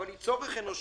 אבל היא גם צורך אנושי.